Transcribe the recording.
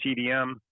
tdm